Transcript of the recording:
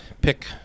pick